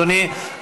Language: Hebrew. אדוני,